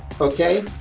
Okay